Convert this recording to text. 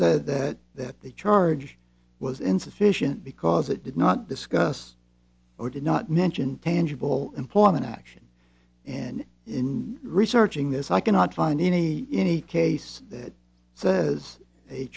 said that that the charge was insufficient because it did not discuss or did not mention tangible employment action and in researching this i cannot find any any case that says a